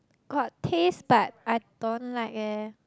got taste but I don't like eh